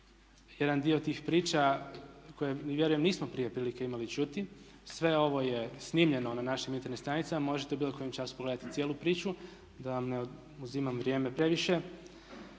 jedan dio tih priča koje vjerujem nismo prije imali prilike čuti, sve ovo je snimljeno na način Internet stranicama. Možete u bilo kojem času pogledati cijelu priču da vam ne uzimam vrijeme previše.